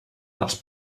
dels